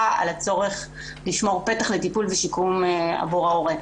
על הצורך לשמור פתח לטיפול ושיקום עבור ההורה.